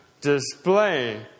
display